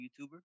YouTuber